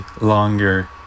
longer